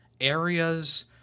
areas